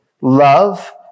love